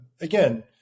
again